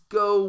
go